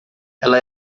ela